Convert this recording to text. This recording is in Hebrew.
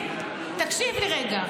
תקשיב לי רגע.